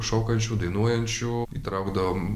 šokančių dainuojančių įtraukdavom